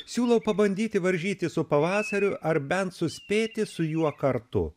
siūlau pabandyti varžytis su pavasariu ar bent suspėti su juo kartu